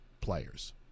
players